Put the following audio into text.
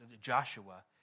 Joshua